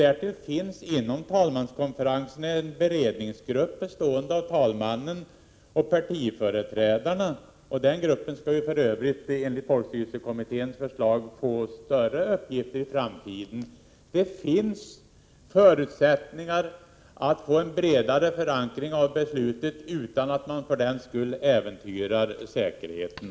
Därtill finns inom talmanskonferensen en beredningsgrupp, bestående av talmannen och partiföreträdarna. Den gruppen skall ju för övrigt, enligt folkstyrelsekommitténs förslag, få större uppgifter i framtiden. Det finns förutsättningar att få en bredare förankring av beslutet utan att man för den skull äventyrar säkerheten.